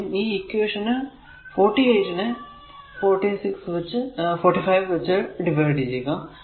ആദ്യം ഈ ഇക്വേഷൻ 48 നെ 45 വച്ച് ഡിവൈഡ് ചെയ്യുക